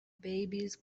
babies